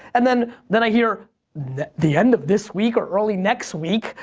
and then then i hear that the end of this week, or early next week,